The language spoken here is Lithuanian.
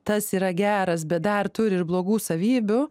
tas yra geras bet dar turi ir blogų savybių